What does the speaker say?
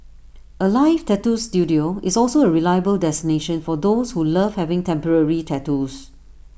alive tattoo Studio is also A reliable destination for those who love having temporary tattoos